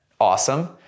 awesome